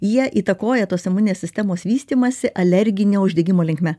jie įtakoja tos imuninės sistemos vystymąsi alerginio uždegimo linkme